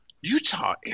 Utah